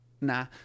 Nah